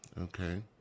Okay